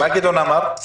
מה גדעון אמר?